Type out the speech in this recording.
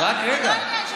אז לא, זה לא, רק רגע.